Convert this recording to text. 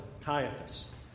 Caiaphas